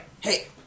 hey